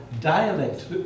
dialect